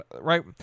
right